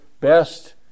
best